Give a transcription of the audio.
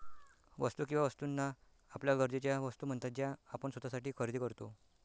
वस्तू किंवा वस्तूंना आपल्या गरजेच्या वस्तू म्हणतात ज्या आपण स्वतःसाठी खरेदी करतो